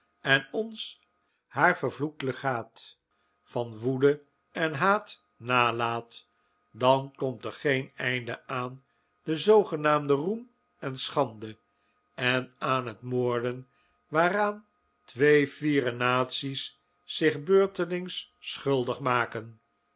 en ons haar vervloekt legaat van woede en haat nalaat dan komt er geen einde aan den zoogenaamden roem en schande en aan het moorden waaraan twee fiere naties zich beurtelings schuldig maken